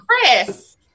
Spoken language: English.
Chris